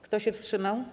Kto się wstrzymał?